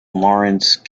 lawrence